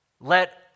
let